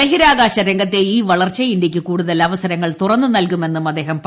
ബഹിരാകാശ രംഗത്തെ ഈ വളർച്ച ഇന്ത്യക്ക് കൂടുതൽ അവസരങ്ങൾ തുറന്നു നല്കുമെന്നും അദ്ദേഹം പറഞ്ഞു